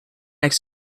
next